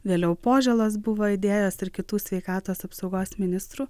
vėliau poželos buvo idėjos ir kitų sveikatos apsaugos ministrų